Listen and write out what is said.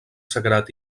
sagrat